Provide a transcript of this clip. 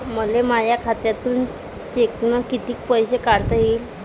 मले माया खात्यातून चेकनं कितीक पैसे काढता येईन?